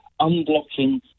unblocking